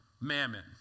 mammon